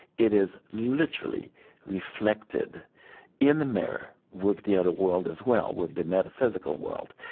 it is literally reflected in the mirror with the other world as well, with the metaphysical world.